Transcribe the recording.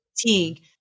fatigue